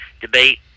debate